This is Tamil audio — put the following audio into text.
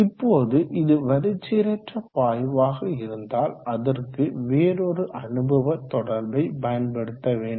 இப்போது இது வரிச்சீரற்ற பாய்வாக இருந்தால் அதற்கு வேறொரு அனுபவ தொடர்பை பயன்படுத்த வேண்டும்